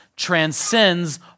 transcends